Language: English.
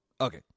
Okay